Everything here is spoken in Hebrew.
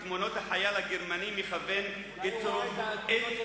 את תמונות החייל הגרמני מכוון" אולי הוא ראה את התמונות של